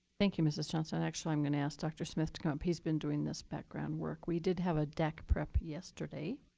thank you, mrs. johnson. actually, i'm going to ask dr. smith to come up. he's been doing this background work. we did have a dac prep yesterday